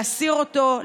להסיר אותו,